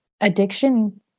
addiction